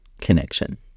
connection